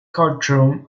courtroom